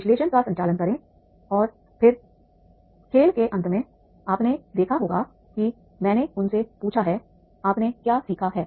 विश्लेषण का संचालन करें और फिर खेल के अंत में आपने देखा होगा कि मैंने उनसे पूछा है आपने क्या सीखा है